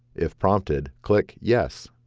if prompted, click yes.